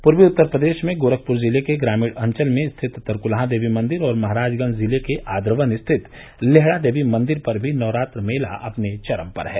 पूर्वी उत्तर प्रदेश में गोरखपुर जिले के ग्रामीण अंचल में स्थित तरकुलहा देवी मंदिर और महराजगंज जिले के आद्रवन स्थित लेहड़ा देवी मंदिर पर भी नवरात्र मेला अपने चरम पर है